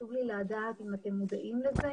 חשוב לי לדעת אם אתם מודעים לזה,